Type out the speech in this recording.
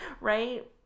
right